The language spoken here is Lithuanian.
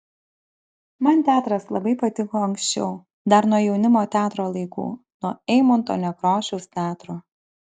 man teatras labai patiko anksčiau dar nuo jaunimo teatro laikų nuo eimunto nekrošiaus teatro